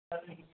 سر لیکن